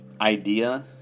idea